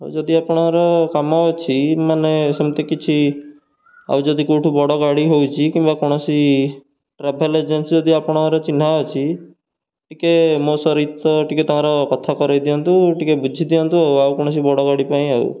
ଆଉ ଯଦି ଆପଣଙ୍କର କାମ ଅଛି ମାନେ ସେମିତି କିଛି ଆଉ ଯଦି କେଉଁଠୁ ବଡ଼ ଗାଡ଼ି ହେଉଛି କିମ୍ବା କୌଣସି ଟ୍ରାଭେଲ୍ ଏଜେନ୍ସି ଯଦି ଆପଣଙ୍କର ଚିହ୍ନା ଅଛି ଟିକେ ମୋ ସହିତ ଟିକେ ତାଙ୍କର କଥା କରାଇ ଦିଅନ୍ତୁ ଟିକେ ବୁଝିଦିଅନ୍ତୁ ଆଉ ଆଉ କୌଣସି ବଡ଼ ଗାଡ଼ି ପାଇଁ ଆଉ